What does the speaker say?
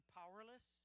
powerless